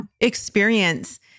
experience